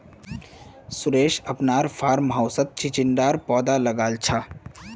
सुरेश अपनार फार्म हाउसत चिचिण्डार पौधा लगाल छ